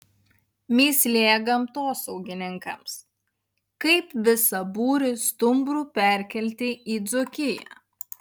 mįslė gamtosaugininkams kaip visą būrį stumbrų perkelti į dzūkiją